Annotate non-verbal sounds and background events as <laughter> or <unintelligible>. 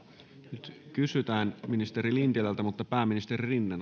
nyt kysytään ministeri lintilältä mutta pääministeri rinne <unintelligible>